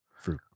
fruit